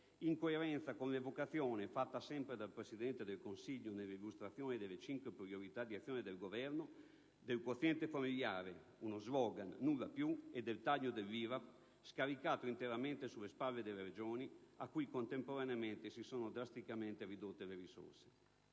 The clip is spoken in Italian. in coerenza con l'evocazione, fatta sempre dal Presidente del Consiglio nell'illustrazione delle cinque priorità di azione del Governo, del quoziente familiare (uno slogan, nulla più) e del taglio dell'IRAP, scaricato interamente sulle spalle delle Regioni a cui, contemporaneamente, sono state drasticamente ridotte le risorse.